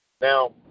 Now